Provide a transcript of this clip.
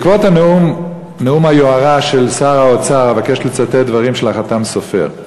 בעקבות נאום היוהרה של שר האוצר אבקש לצטט דברים של החת"ם סופר.